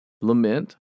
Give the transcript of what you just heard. lament